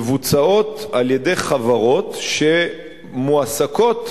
מבוצעות על-ידי חברות שמועסקות,